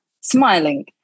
smiling